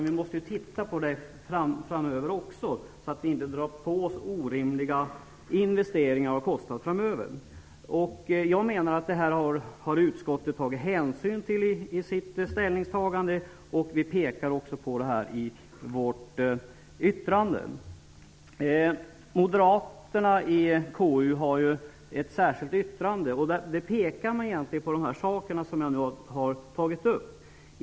Vi måste titta på det framöver, så att vi inte gör orimliga investeringar och drar på oss orimliga kostnader. Jag menar att utskottet i sitt ställningstagande har tagit hänsyn till detta, och vi pekar också på det i betänkandet. Moderaterna i KU har gjort ett särskilt yttrande. I det pekar man egentligen på de saker som jag nu har tagit upp.